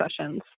sessions